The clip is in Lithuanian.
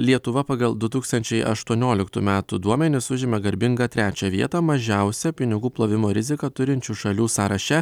lietuva pagal du tūkstančiai aštuonioliktų metų duomenis užima garbingą trečią vietą mažiausią pinigų plovimo riziką turinčių šalių sąraše